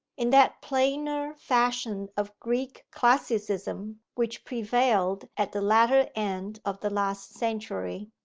in that plainer fashion of greek classicism which prevailed at the latter end of the last century,